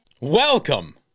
Welcome